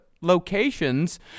locations